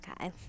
okay